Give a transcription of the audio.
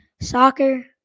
soccer